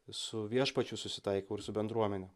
su viešpačiu susitaikau ir su bendruomene